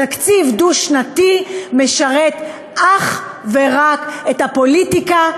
תקציב דו-שנתי משרת אך ורק את הפוליטיקה,